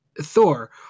Thor